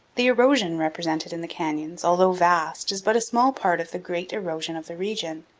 the erosion represented in the canyons, although vast, is but a small part of the great erosion of the region,